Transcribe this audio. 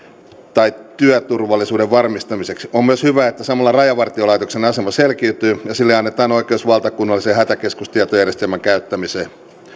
tai työturvallisuuden varmistamiseksi on myös hyvä että samalla rajavartiolaitoksen asema selkiytyy ja sille annetaan oikeus valtakunnallisen hätäkeskustietojärjestelmän käyttämiseen